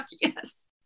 yes